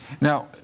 Now